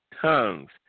tongues